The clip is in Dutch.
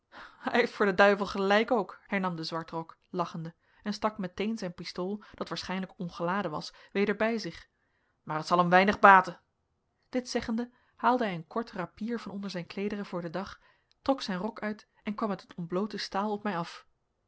heeft voorden duivel gelijk ook hernam de zwartrok lachende en stak meteen zijn pistool dat waarschijnlijk ongeladen was weder bij zich maar het zal hem weinig baten dit zeggende haalde hij een kort rapier van onder zijn kleederen voor den dag trok zijn rok uit en kwam met het ontbloote staal op mij af